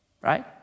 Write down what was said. right